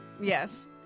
Yes